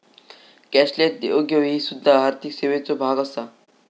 cashless देवघेव ही सुध्दा आर्थिक सेवेचो भाग आसा